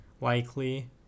likely